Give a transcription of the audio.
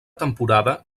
temporada